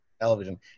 television